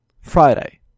Friday